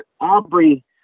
Aubrey